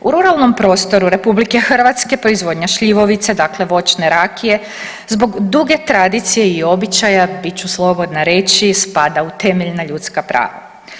U ruralnom prostoru Republike Hrvatske proizvodnja šljivovice dakle voćne rakije zbog duge tradicije i običaja bit ću slobodna reći spada u temeljna ljudska prava.